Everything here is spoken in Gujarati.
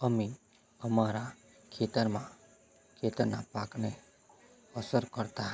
અમે અમારા ખેતરમાં ખેતરના પાકને અસર કરતા